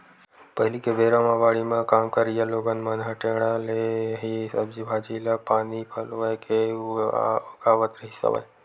पहिली के बेरा म बाड़ी म काम करइया लोगन मन ह टेंड़ा ले ही सब्जी भांजी ल पानी पलोय के उगावत रिहिस हवय